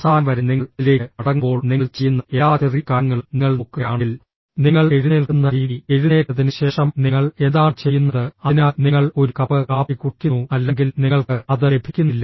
അവസാനം വരെ നിങ്ങൾ അതിലേക്ക് മടങ്ങുമ്പോൾ നിങ്ങൾ ചെയ്യുന്ന എല്ലാ ചെറിയ കാര്യങ്ങളും നിങ്ങൾ നോക്കുകയാണെങ്കിൽ നിങ്ങൾ എഴുന്നേൽക്കുന്ന രീതി എഴുന്നേറ്റതിനുശേഷം നിങ്ങൾ എന്താണ് ചെയ്യുന്നത് അതിനാൽ നിങ്ങൾ ഒരു കപ്പ് കാപ്പി കുടിക്കുന്നു അല്ലെങ്കിൽ നിങ്ങൾക്ക് അത് ലഭിക്കുന്നില്ല